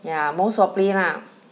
ya most hopefully ah